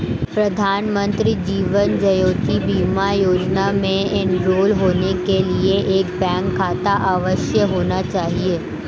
प्रधानमंत्री जीवन ज्योति बीमा योजना में एनरोल होने के लिए एक बैंक खाता अवश्य होना चाहिए